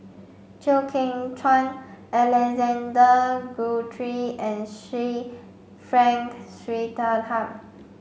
Chew Kheng Chuan Alexander Guthrie and Sir Frank Swettenham